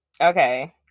Okay